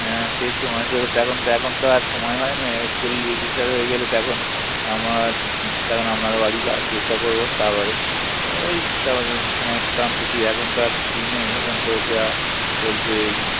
হ্যাঁ সেই সময় পেলে তখন তো এখন তো আর সময় হয় না স্কুলে রিটায়ার হয়ে গেলে তখন আমরা তখন আপনারা বাড়ি যাওয়ার চেষ্টা করবো তারপরে এই তারপরে সময় তো ফ্রি এখন তো আর ফ্রি নেই এখন তো যা চলছে এই